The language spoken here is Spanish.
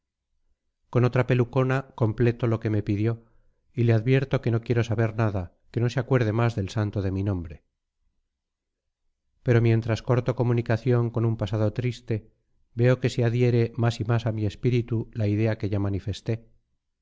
con otra pelucona completo lo que me pidió y le advierto que no quiero saber nada que no se acuerde más del santo de mi nombre pero mientras corto comunicación con un pasado triste veo que se adhiere más y más a mi espíritu la idea que ya manifesté